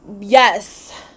yes